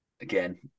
again